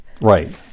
Right